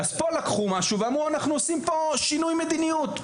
פה לקחו משהו ואמרו שעושים שינוי מדיניות,